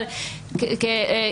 לפי מצב אישי.